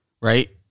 right